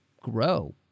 grow